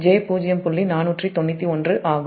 491 ஆகும்